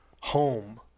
home